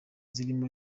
zirimo